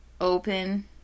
open